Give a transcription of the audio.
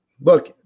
look